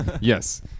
Yes